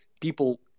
People